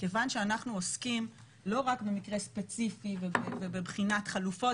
מכיוון שאנחנו עוסקים לא רק במקרה ספציפי ובבחינת חלופות,